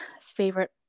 favorite